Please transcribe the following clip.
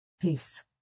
Peace